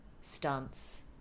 stunts